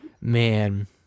Man